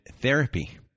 therapy